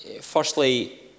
Firstly